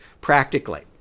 practically